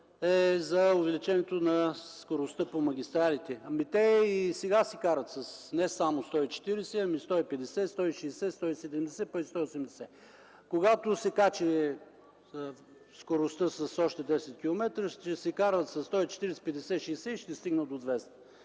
за увеличението на скоростта по магистралите. Те и сега си карат не само със 140, ами със 150, 160, 170, пък и 180. Когато се качи скоростта с още 10 км, ще карат със 140, 150, 160 и ще стигнат до 200